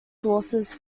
sources